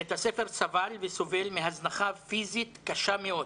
בית הספר סבל וסובל מהזנחה פיזית קשה מאוד,